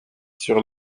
sur